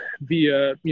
via